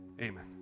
Amen